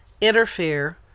interfere